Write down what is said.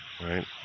right